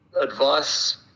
advice